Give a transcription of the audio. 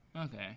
Okay